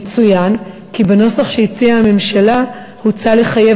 יצוין כי בנוסח שהציעה הממשלה הוצע לחייב